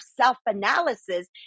self-analysis